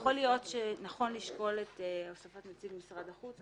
יכול להיות שנכון לשקול את הוספת נציג משרד החוץ.